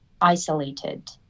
isolated